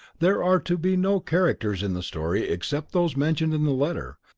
there are to be no characters in the story except those mentioned in the letter,